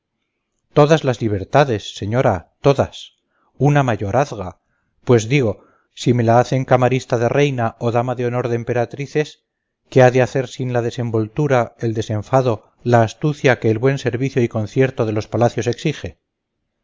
todas las libertades señora todas una mayorazga pues digo si me la hacen camarista de reina o dama de honor de emperatrices qué ha de hacer sin la desenvoltura el desenfado la astucia que el buen servicio y concierto de los palacios exige